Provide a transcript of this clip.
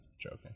joking